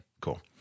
cool